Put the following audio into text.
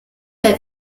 der